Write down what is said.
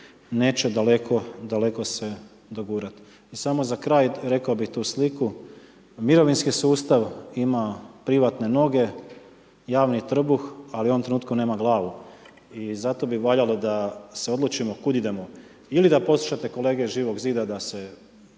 daleko se dogurati. I samo za kraj, rekao bih tu sliku, mirovinski sustav ima privatne noge, javni trbuh ali u ovom trenutku nema glavu. I zato bi valjalo da se odlučimo kud idemo. Ili da poslušate kolege Živog zida da se sve